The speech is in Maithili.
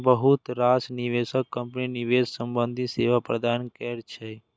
बहुत रास निवेश कंपनी निवेश संबंधी सेवा प्रदान करै छै